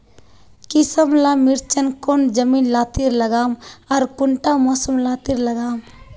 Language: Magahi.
किसम ला मिर्चन कौन जमीन लात्तिर लगाम आर कुंटा मौसम लात्तिर लगाम?